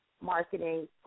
marketing